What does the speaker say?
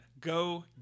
Go